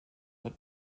but